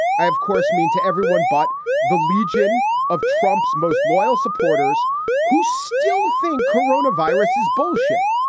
i, of course mean to everyone. but the legion of trump's most loyal supporters who still think corona virus is bullshit.